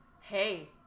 hey